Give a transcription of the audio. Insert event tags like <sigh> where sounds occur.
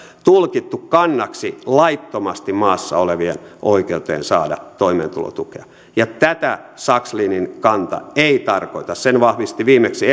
tulkittu kannaksi laittomasti maassa olevien oikeuteen saada toimeentulotukea ja tätä sakslinin kanta ei tarkoita sen vahvisti viimeksi <unintelligible>